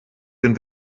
den